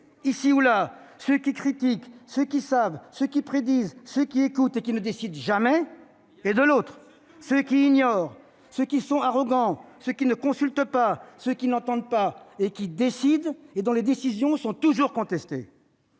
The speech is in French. ici ou là, ceux qui critiquent, qui savent, qui prédisent, qui écoutent et qui ne décident jamais et, de l'autre, ceux qui ignorent, qui sont arrogants, qui ne consultent pas, qui n'entendent pas, qui décident et dont les décisions sont toujours contestées.